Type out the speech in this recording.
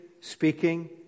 speaking